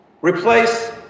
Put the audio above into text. Replace